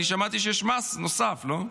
אני שמעתי שיש מס נוסף, לא?